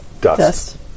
dust